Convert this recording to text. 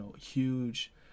huge